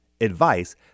Advice